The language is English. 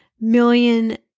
million